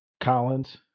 collins